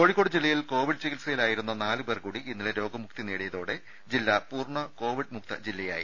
കോഴിക്കോട് ജില്ലയിൽ കോവിഡ് ചികിത്സയിലായിരുന്ന നാല് പേർ കൂടി ഇന്നലെ രോഗമുക്തി നേടിയതോടെ ജില്ല പൂർണ കോവിഡ് മുക്ത ജില്ലയായി